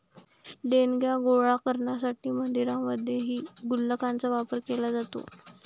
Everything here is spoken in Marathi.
देणग्या गोळा करण्यासाठी मंदिरांमध्येही गुल्लकांचा वापर केला जातो